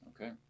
Okay